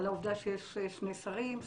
על העובדה שיש שני שרים,